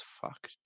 fuck